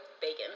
bacon